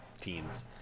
Teens